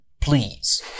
please